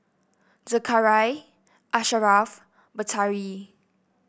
Zakaria Asharaff Batari